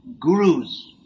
gurus